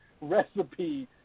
Recipe